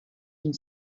une